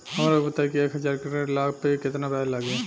हमरा के बताई कि एक हज़ार के ऋण ले ला पे केतना ब्याज लागी?